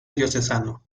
diocesano